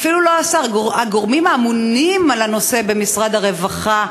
אפילו לא השר אלא הגורמים הממונים במשרד הרווחה,